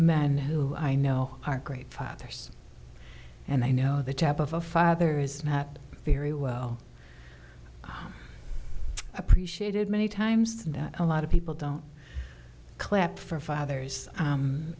men who i know are great fathers and i know the type of a father is not very well appreciated many times that a lot of people don't clap for fathers